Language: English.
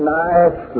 nice